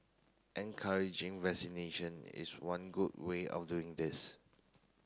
encouraging vaccination is one good way of doing this